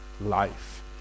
life